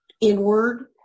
inward